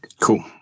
Cool